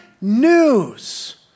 news